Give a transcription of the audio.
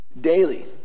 daily